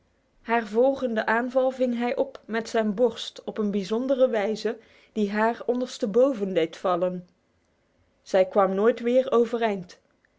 volgende aanval ving hij op met zijn borst op een bijzondere wijze die haar ondersteboven deed vallen zij kwam nooit weer overeind